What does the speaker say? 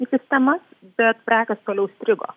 į sistemą bet prekės toliau strigo